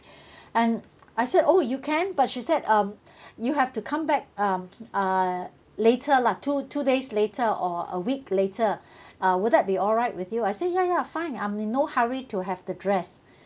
and I said oh you can but she said um you have to come back um uh later lah two two days later or a week later uh would that be alright with you I say ya ya fine I'm in no hurry to have the dress